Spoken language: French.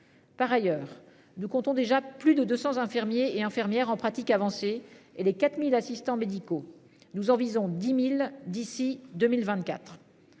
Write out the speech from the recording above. Par ailleurs, nous comptons déjà plus de 200 infirmiers et infirmières en pratique avancée et les 4000 assistants médicaux, nous en visons 10.000 d'ici 2024.